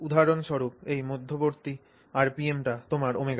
উদাহরণস্বরূপ এই মধ্যবর্তী আরপিএমটি তোমার ω